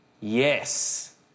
Yes